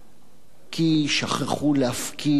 כי שכחו להפעיל,